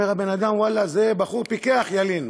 אומר הבן-אדם: ואללה, זה בחור פיקח, ילין,